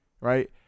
right